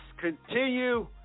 continue